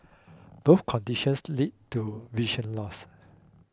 both conditions led to vision loss